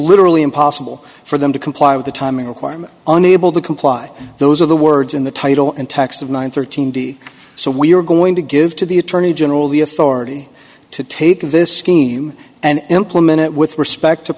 literally impossible for them to comply with the timing requirement unable to comply those are the words in the title and text of nine thirteen d so we are going to give to the attorney general the authority to take this scheme and implement it with respect to